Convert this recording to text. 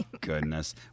goodness